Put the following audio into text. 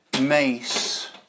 mace